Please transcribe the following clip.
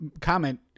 comment